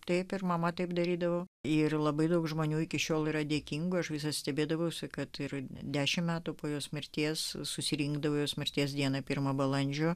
taip ir mama taip darydavo ir labai daug žmonių iki šiol yra dėkinga už visus stebėdavausi kad turiu dešimt metų po jos mirties susirinkdavo jos mirties dieną pirmą balandžio